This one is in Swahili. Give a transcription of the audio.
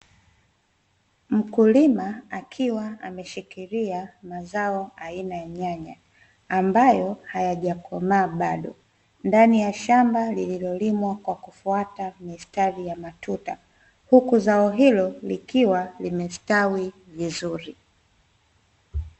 Mkulima akiwa ameshikilia mazao aina ya nyanya ambayo hayaja komaa bado ndani ya shamba lililolimwa kwa kufuata mistari ya matuta, huku zao hilo likiwa limestawi vizuri .